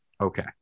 okay